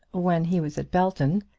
when he was at belton,